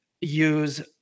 use